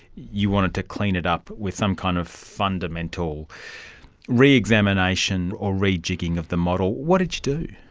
you wanted to clean it up with some kind of fundamental re-examination or rejigging of the model. what did you do?